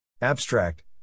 Abstract